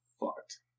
fucked